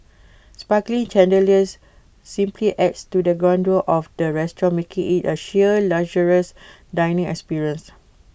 sparkling chandeliers simply adds to the grandeur of the restaurant making IT A sheer luxurious dining experience